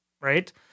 right